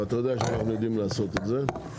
ואתה יודע שאנחנו יודעים ל עשות את זה.